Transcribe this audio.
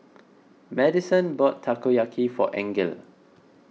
Madisen bought Takoyaki for Angele